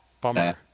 Bummer